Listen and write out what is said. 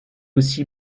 aussi